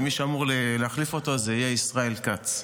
ומי שאמור להחליף אותו יהיה ישראל כץ.